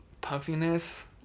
puffiness